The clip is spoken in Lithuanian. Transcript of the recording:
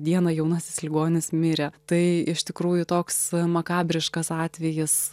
dieną jaunasis ligonis mirė tai iš tikrųjų toks makabriškas atvejis